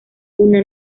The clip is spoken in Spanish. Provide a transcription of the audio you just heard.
una